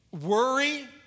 Worry